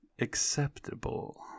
acceptable